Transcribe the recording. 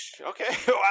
okay